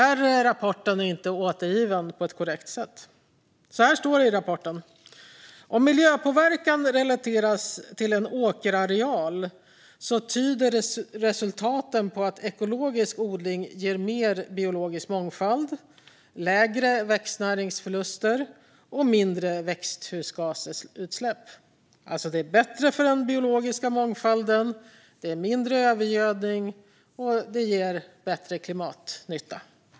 Rapporten är inte återgiven på ett korrekt sätt. Så här står det i rapporten: Om miljöpåverkan relateras till en åkerareal tyder resultaten på att ekologisk odling ger mer biologisk mångfald, lägre växtnäringsförluster och mindre växthusgasutsläpp. Det är alltså bättre för den biologiska mångfalden. Det ger mindre övergödning. Och det ger bättre klimatnytta.